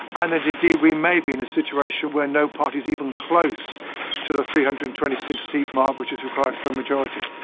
and indeed we may be in a situation where no party is even close to the three hundred and twenty six seat mark which is required for a majority.